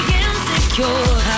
insecure